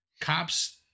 Cops